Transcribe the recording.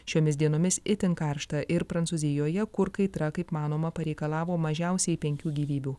šiomis dienomis itin karšta ir prancūzijoje kur kaitra kaip manoma pareikalavo mažiausiai penkių gyvybių